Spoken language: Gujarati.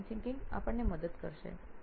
તો ડિઝાઇન વિચારસરણી આપણને મદદ કરશે